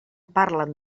parlen